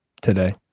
today